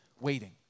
waiting